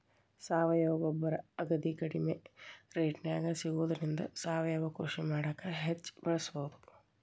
ಸಾವಯವ ಗೊಬ್ಬರ ಅಗದಿ ಕಡಿಮೆ ರೇಟ್ನ್ಯಾಗ ಸಿಗೋದ್ರಿಂದ ಸಾವಯವ ಕೃಷಿ ಮಾಡಾಕ ಹೆಚ್ಚ್ ಬಳಸಬಹುದು